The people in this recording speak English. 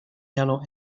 yellow